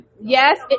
Yes